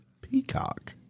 peacock